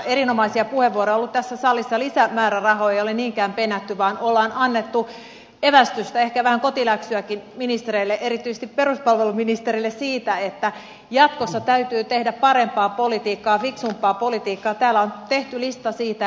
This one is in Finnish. erinomaisia puheenvuoroja on ollut tässä salissa lisämäärärahoja ei ole niinkään penätty vaan ollaan annettu evästystä ehkä vähän kotiläksyäkin ministereille erityisesti peruspalveluministerille siitä että jatkossa täytyy tehdä parempaa politiikkaa fiksumpaa politiikkaa täällä on tehty lista siitä